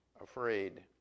afraid